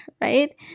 right